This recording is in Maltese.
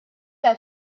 għal